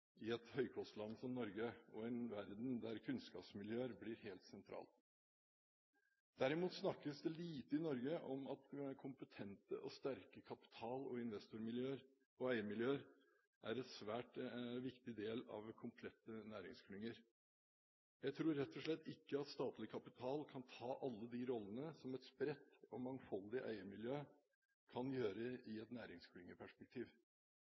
i et høykostland som Norge og i en verden der kunnskapsmiljøer blir helt sentrale. Derimot snakkes det lite i Norge om at kompetente og sterke kapital-, investor- og eierskapsmiljøer er en svært viktig del av komplette næringsklynger. Jeg tror rett og slett ikke at statlig kapital kan ta alle de rollene som et spredt og mangfoldig eiermiljø kan gjøre i